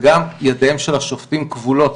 וגם ידיהם של השופטים כבולות,